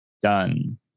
done